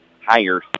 higher